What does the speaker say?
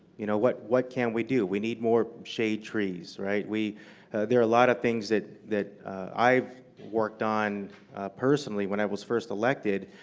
you know, what what can we do? we need more shade trees right? there are a lot of things that that i've worked on personally, when i was first elected.